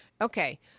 Okay